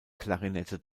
klarinette